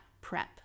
prep